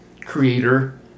creator